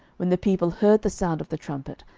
when the people heard the sound of the trumpet,